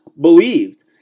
believed